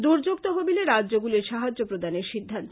দুর্যোগ তহবিলে রাজ্যগুলির সাহায্য প্রদানের সিদ্ধান্ত